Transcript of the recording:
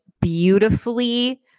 beautifully